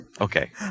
Okay